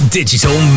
digital